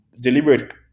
deliberate